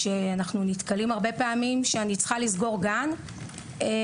אנחנו נתקלים הרבה פעמים בכך שאני צריכה לסגור גן ולהודיע